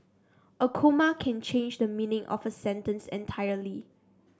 a comma can change the meaning of a sentence entirely